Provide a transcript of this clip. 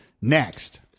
next